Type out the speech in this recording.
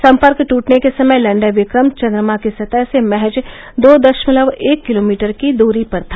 सम्पर्क ट्रटने के समय लैन्डर विक्रम चन्द्रमा की सतह से महज दो दषमलव एक किलोमीटर की दूरी पर था